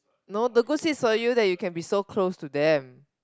no the good thing is so you that you can be so close to them